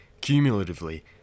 cumulatively